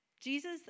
Jesus